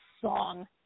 song